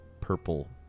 purple